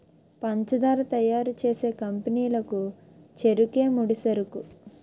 పంచదార తయారు చేసే కంపెనీ లకు చెరుకే ముడిసరుకు